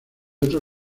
otro